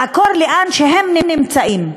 לעקור לאן שהם נמצאים.